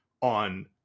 on